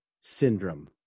Syndrome